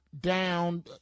down